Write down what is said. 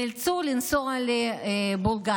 הם נאלצו לנסוע לבולגריה,